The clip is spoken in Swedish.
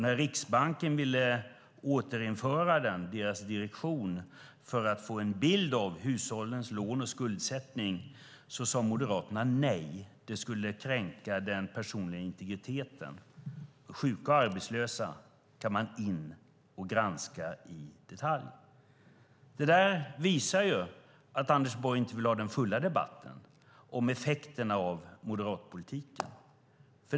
När Riksbankens direktion ville återinföra den för att få en bild av hushållens lån och skuldsättning sade Moderaterna nej, för det skulle kränka den personliga integriteten. Men sjuka och arbetslösa kan man gå in och granska i detalj. Det visar att Anders Borg inte vill ha den fulla debatten om effekterna av moderatpolitiken.